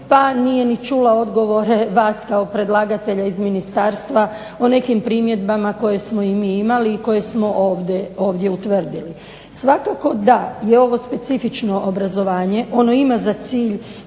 pa nije ni čula odgovore vas kao predlagatelja iz ministarstva o nekim primjedbama koje smo i mi imali i koje smo ovdje utvrdili. Svakako da je ovo specifično obrazovanje, ono ima za cilj